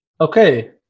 Okay